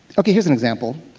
okay here's an example.